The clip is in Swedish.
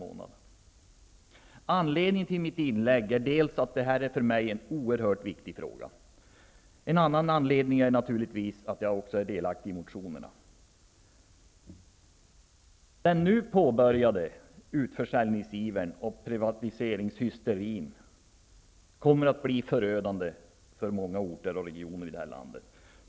En anledning till mitt inlägg är att det här för mig är en oerhört viktig fråga, och en annan anledning är naturligtvis att jag är delaktig i motionerna. Den nu påbörjade utförsäljningsivern och privatiseringshysterin kommer att bli förödande för många orter och regioner.